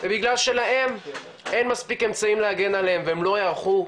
בגלל שלהם אין מספיק אמצעים להגן עליהם והם לא ייערכו,